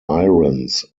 irons